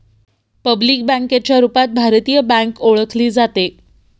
public बँकेच्या रूपात भारतीय बँक ओळखली जाते